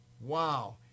wow